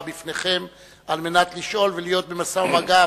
בפניכם על מנת לשאול ולהיות במשא ומגע.